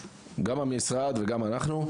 גם המשרד וגם אנחנו,